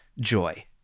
joy